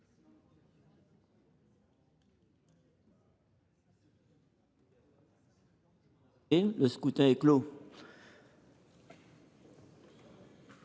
Le scrutin est clos.